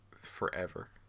forever